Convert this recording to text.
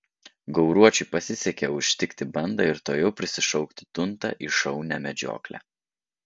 gauruočiui pasisekė užtikti bandą ir tuojau prisišaukti tuntą į šaunią medžioklę